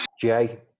Jay